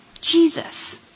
Jesus